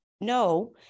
no